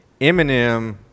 Eminem